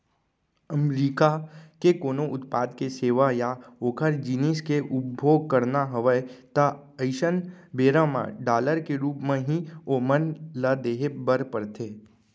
अमरीका के कोनो उत्पाद के सेवा या ओखर जिनिस के उपभोग करना हवय ता अइसन बेरा म डॉलर के रुप म ही ओमन ल देहे बर परथे